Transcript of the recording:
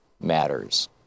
matters